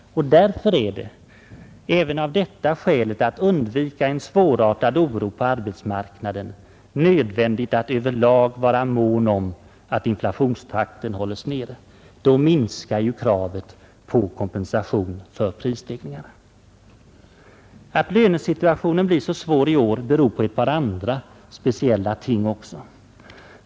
Därför är det, även av detta skäl att undvika en svårartad oro på arbetsmarknaden, nödvändigt att över lag vara mån om att inflationstakten hålles nere. Då minskar ju kravet på kompensation för prisstegringar. Att lönesituationen blir så svår i år beror på ett par andra, speciella ting också.